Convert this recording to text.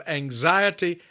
anxiety